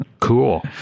Cool